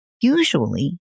Usually